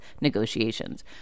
negotiations